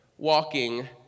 walking